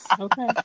okay